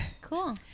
Cool